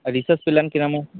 recharge plan কীরকম আছে